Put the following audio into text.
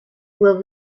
will